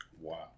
Wow